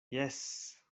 jes